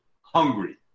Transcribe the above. hungry